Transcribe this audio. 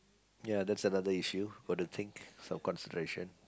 ya that's another issue what do you think some consideration